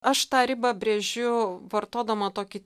aš tą ribą brėžiu vartodama tokį